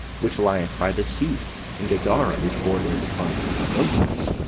which lieth by the sea and gazara, which bordereth upon azotus,